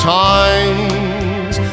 times